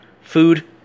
Food